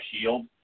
shield